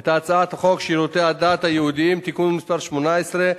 את הצעת חוק שירותי הדת היהודיים (תיקון מס' 18),